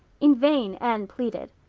in vain anne pleaded.